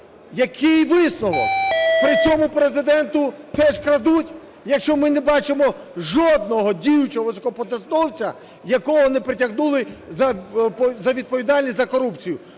Який висновок? При цьому Президенту теж крадуть, якщо ми не бачимо жодного діючого високопосадовця, якого не притягнули до відповідальності за корупцію.